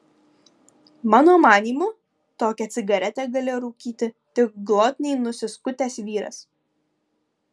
mano manymu tokią cigaretę galėjo rūkyti tik glotniai nusiskutęs vyras